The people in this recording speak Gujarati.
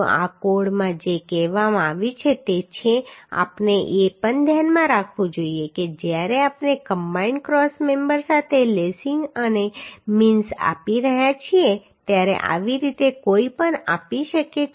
તો આ કોડમાં જે કહેવામાં આવ્યું છે તે છે આપણે એ પણ ધ્યાનમાં રાખવું જોઈએ કે જ્યારે આપણે કમ્બાઈન્ડ ક્રોસ મેમ્બર સાથે લેસિંગ અને મીન્સ આપી રહ્યા હોઈએ ત્યારે આવી રીતે કોઈ પણ આપી શકે છે